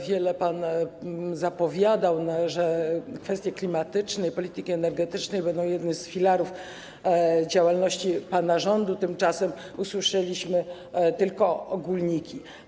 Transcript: Wiele pan zapowiadał, że kwestie klimatyczne, polityki energetycznej będą jednym z filarów działalności pana rządu, tymczasem usłyszeliśmy tylko ogólniki.